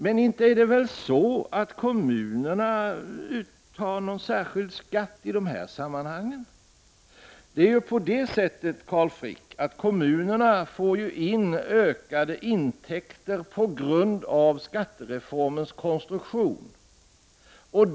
Men inte är det väl så att kommunerna tar ut någon särskild skatt i de här sammanhangen? Kommunerna får ju, Carl Frick, ökade intäkter på grund av skattereformens konstruktion.